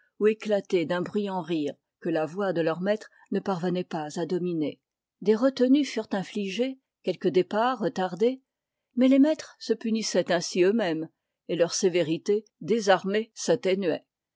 ou éclater d'un bruyant rire que la voix de leur maître ne parvenait pas à dominer des retenues furent infligées quelques départs retardés mais les maîtres se punissaient ainsi eux-mêmes et leur sévérité désarmée s'atténuait